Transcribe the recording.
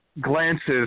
Glances